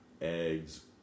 Eggs